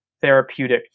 therapeutic